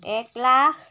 এক লাখ